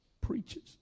Preaches